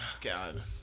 God